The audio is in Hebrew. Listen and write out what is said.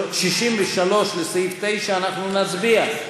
63, לסעיף 9, אנחנו נצביע.